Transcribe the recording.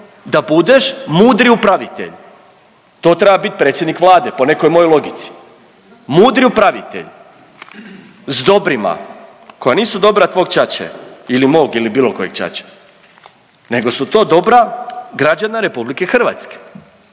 da budeš mudri upravitelj, to treba bit predsjednik Vlade po nekoj mojoj logici, mudri upravitelj s dobrima koja nisu dobra tvog ćaće ili mog ili bilo kojeg ćaće, nego su to dobra građana RH i ti s time